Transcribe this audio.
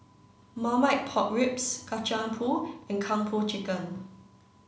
Marmite Pork Ribs Kacang Pool and Kung Po Chicken